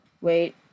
wait